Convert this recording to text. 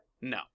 No